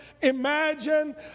imagine